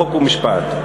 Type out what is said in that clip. חוק ומשפט.